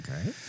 Okay